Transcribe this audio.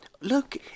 look